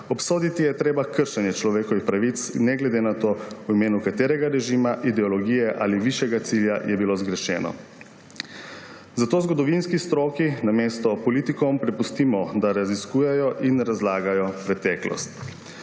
Obsoditi je treba kršenje človekovih pravic ne glede na to, v imenu katerega režima, ideologije ali višjega cilja je bilo zagrešeno. Zato zgodovinski stroki namesto politikom prepustimo, da raziskujejo in razlagajo preteklost.